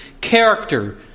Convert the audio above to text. character